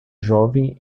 jovem